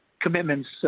commitments